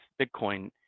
Bitcoin